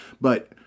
But-